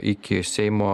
iki seimo